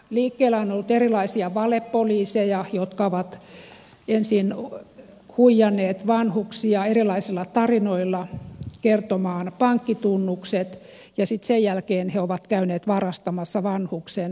liikkeellä on ollut erilaisia valepoliiseja jotka ovat ensin huijanneet vanhuksia erilaisilla tarinoilla kertomaan pankkitunnukset ja sen jälkeen he ovat käyneet varastamassa vanhuksen pankkikortin ja rahat